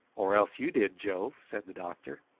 or else you did, joe, said the doctor.